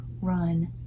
run